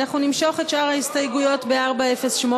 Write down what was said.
אנחנו נמשוך את שאר ההסתייגויות בעמוד 408,